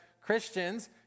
Christians